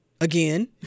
Again